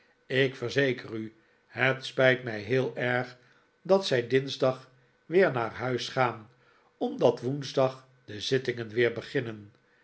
ik verzeker u het spijt mij heel erg dat zij dinsdag weer naar huis gaan omdat woensdag de zittingen weer beginnen